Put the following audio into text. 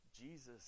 Jesus